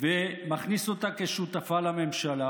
ומכניס אותה כשותפה לממשלה